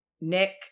Nick